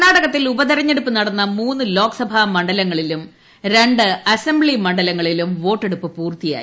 കർണാടകത്തിൽ ഉപതെരഞ്ഞെട്ടുപ്പ് നടന്ന മൂന്ന് ലോക്സഭാ മണ്ഡലങ്ങളിലും രണ്ട് അസ്ട്ര്ക്സി മ്ണ്ഡലങ്ങളിലും വോട്ടെടുപ്പ് പൂർത്തിയായി